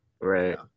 right